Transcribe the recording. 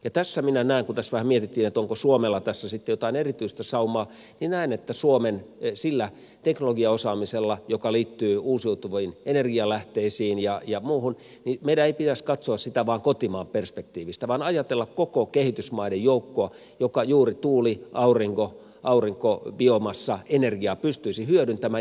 kun tässä vähän mietittiin onko suomella tässä sitten jotain erityistä saumaa niin näen että meidän ei pitäisi katsoa suomen teknologiaosaamista joka liittyy uusiutuviin energialähteisiin ja muuhun vain kotimaan perspektiivistä vaan meidän pitäisi ajatella koko kehitysmaiden joukkoa joka juuri tuuli aurinko biomassaenergiaa pystyisi hyödyntämään